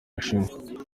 ashimwe